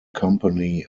company